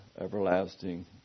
everlasting